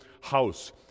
house